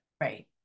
Right